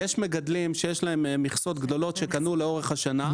יש מגדלים שיש להם מכסות גדולות שהם קנו לאורך השנה.